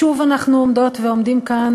שוב אנחנו עומדות ועומדים כאן,